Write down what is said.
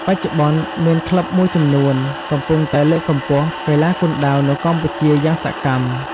បច្ចុប្បន្ន មាន ក្លឹបមួយចំនួន កំពុងតែ លើកកម្ពស់កីឡាគុនដាវ នៅ កម្ពុជា យ៉ាងសកម្ម។